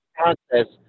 process